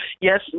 yes